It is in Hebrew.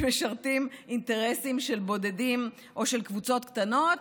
שמשרתים אינטרסים של בודדים או של קבוצות קטנות,